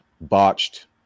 botched